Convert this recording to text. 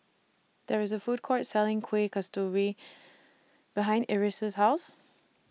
There IS A Food Court Selling Kueh Kasturi behind Iris' House